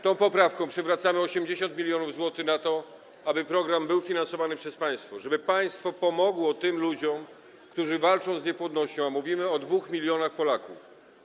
Tą poprawką przywracamy 80 mln zł na to, aby program był finansowany przez państwo, żeby państwo pomogło tym ludziom, którzy walczą z niepłodnością, a mówimy o 2 mln Polaków.